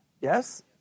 yes